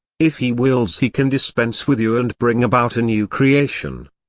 if he wills he can dispense with you and bring about a new creation.